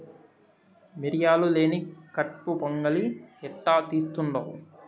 మిరియాలు లేని కట్పు పొంగలి ఎట్టా తీస్తుండావ్